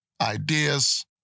ideas